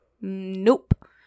Nope